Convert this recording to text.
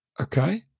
okay